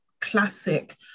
classic